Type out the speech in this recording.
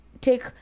take